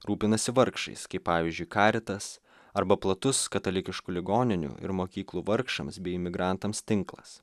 rūpinasi vargšais kaip pavyzdžiui karitas arba platus katalikiškų ligoninių ir mokyklų vargšams bei imigrantams tinklas